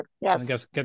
Yes